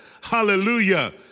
Hallelujah